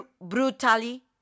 brutally